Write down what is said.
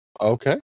Okay